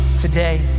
today